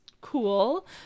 Cool